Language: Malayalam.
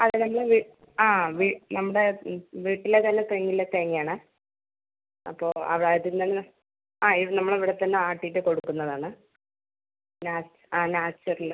കളഞ്ഞത് ആ നമ്മുടെ വീട്ടിലെ തന്നെ തെങ്ങിലെ തേങ്ങ ആണെ ആ ഇത് നമ്മളെ ഇവിടെ തന്നെ ആട്ടീട്ട് കൊടുക്കുന്നത് ആണ് ആ നാച്ചുറല്